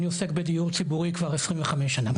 אני עוסק בדיור ציבורי כבר 25 שנה.